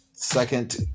Second